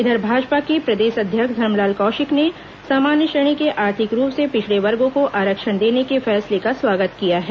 इधर भाजपा के प्रदेश अध्यक्ष धरमलाल कौशिक ने सामान्य श्रेणी के आर्थिक रूप से पिछड़े वर्गो को आरक्षण देने के फैसले का स्वागत किया है